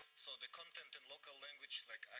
so the content in local language, like